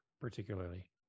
particularly